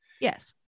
Yes